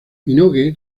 minogue